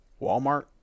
Walmart